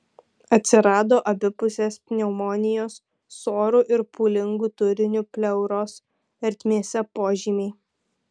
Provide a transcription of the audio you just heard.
atsirado abipusės pneumonijos su oru ir pūlingu turiniu pleuros ertmėse požymiai